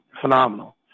phenomenal